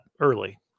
early